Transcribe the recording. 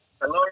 Hello